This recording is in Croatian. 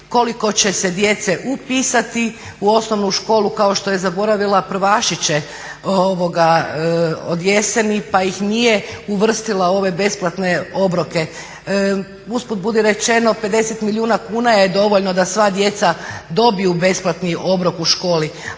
koliko će se djece upisati u osnovnu školu kao što je zaboravila prvašiće od jeseni pa ih nije uvrstila u ove besplatne obroke. Usput budi rečeno 50 milijuna kuna je dovoljno da sva djeca dobiju besplatni obrok u školi.